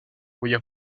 cuya